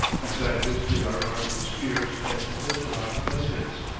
besides which they are armed with spears and flint-lock muskets.